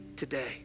today